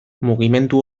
mugimendu